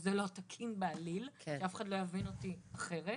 שזה לא תקין בעליל ושאף אחד לא יבין אותי אחרת,